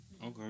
Okay